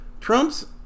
Trump's